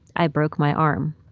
i broke my arm.